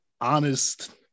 honest